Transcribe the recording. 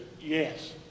yes